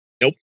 Nope